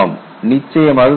ஆமாம் நிச்சயமாக